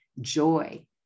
joy